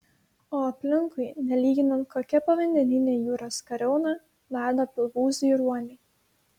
o aplinkui nelyginant kokia povandeninė jūros kariauna nardo pilvūzai ruoniai